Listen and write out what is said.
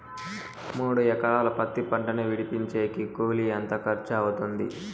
మూడు ఎకరాలు పత్తి పంటను విడిపించేకి కూలి ఎంత ఖర్చు అవుతుంది?